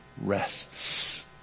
rests